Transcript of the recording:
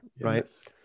Right